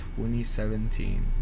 2017